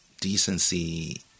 decency